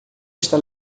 está